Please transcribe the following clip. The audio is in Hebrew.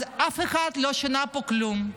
אז אף אחד לא שינה פה כלום,